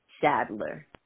Sadler